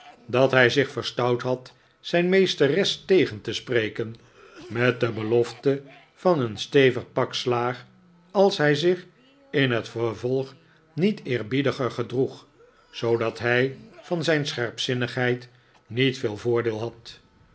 dat hij zich verstout had zijn meesteres tegen te spreken met de belofte van een stevig pak slaag als hij zich in het vervolg niet eerbiediger gedroeg zoodat hij van zijn scherpzinnigheid niet veel voordeel had